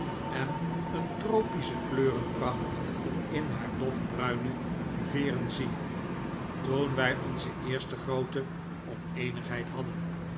en een tropische kleurenpracht in haar dof bruine veeren zie mijn gelukkige tijd toen wij onze eerste groote oneenigheid hadden